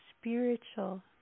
spiritual